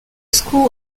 school